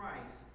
Christ